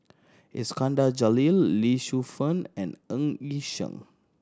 Iskandar Jalil Lee Shu Fen and Ng Yi Sheng